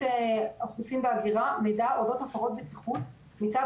האוכלוסין והגירה מידע אודות הפרות בטיחות מצד